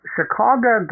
Chicago